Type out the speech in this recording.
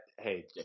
hey